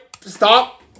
stop